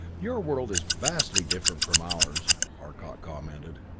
your world is vastly different from ours, arcot commented.